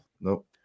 Nope